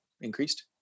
increased